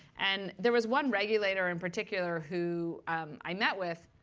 and there was one regulator in particular who i met with.